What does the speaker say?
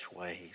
ways